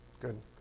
Good